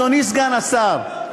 אדוני סגן השר.